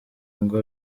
ngo